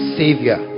savior